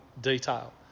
detail